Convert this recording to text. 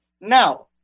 now